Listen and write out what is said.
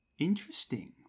Interesting